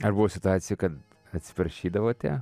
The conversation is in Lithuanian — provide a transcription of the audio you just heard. ar buvo situacijų kad atsiprašydavote